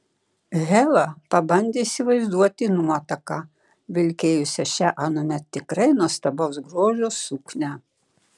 hela pabandė įsivaizduoti nuotaką vilkėjusią šią anuomet tikrai nuostabaus grožio suknią